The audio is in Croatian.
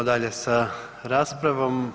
dalje sa raspravom.